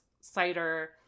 Cider